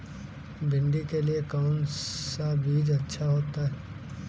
भिंडी के लिए कौन सा बीज अच्छा होता है?